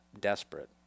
desperate